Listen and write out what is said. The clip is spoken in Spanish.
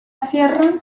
sierra